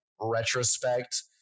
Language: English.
retrospect